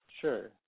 sure